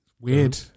Weird